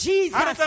Jesus